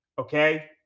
okay